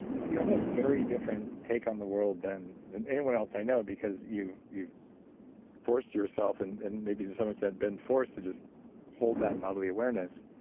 you have a very different take on the world than than anyone else i know, because you've you've forced yourself, and and maybe to some extent been forced to just hold that bodily awareness.